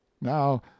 now